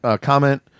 comment